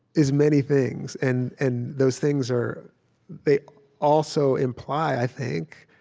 is many things and and those things are they also imply, i think,